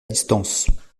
distance